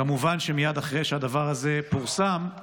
כמובן שמייד אחרי שהדבר הזה פורסם,